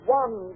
one